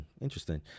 interesting